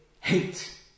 hate